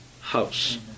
house